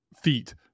feet